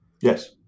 Yes